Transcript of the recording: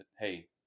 hey